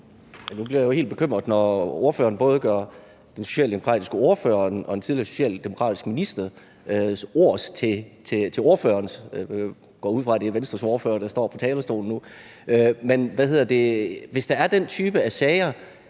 Nu bliver jeg jo helt bekymret, når ordføreren både gør den socialdemokratiske ordførers og en tidligere socialdemokratisk ministers ord til ordførerens. Jeg går ud fra, at det er Venstres ordfører, der står på talerstolen nu. Men hvis der er den type af sager,